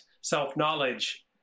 self-knowledge